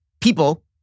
people